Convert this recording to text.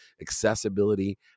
accessibility